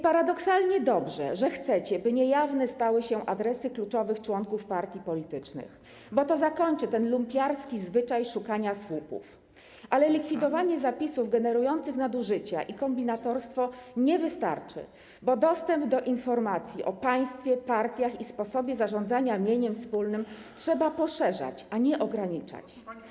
Paradoksalnie więc dobrze, że chcecie, by niejawne stały się adresy kluczowych członków partii politycznych, bo to zakończy ten lumpiarski zwyczaj szukania słupów, ale likwidowanie zapisów generujących nadużycia i kombinatorstwo nie wystarczy, bo dostęp do informacji o państwie, partiach i sposobie zarządzania mieniem wspólnym trzeba poszerzać, a nie ograniczać.